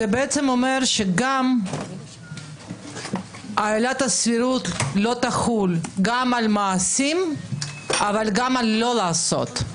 זה בעצם אומר שגם עילת הסבירות לא תחול גם על מעשים אבל גם על לא לעשות.